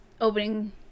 opening